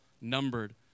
numbered